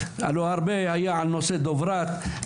בסוף איפה הייתה דברת?